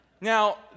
Now